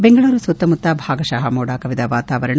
ಬೆಂಗಳೂರು ಸುತ್ತಮುತ್ತ ಭಾಗಶಃ ಮೋಡಕವಿದ ವಾತಾವರಣ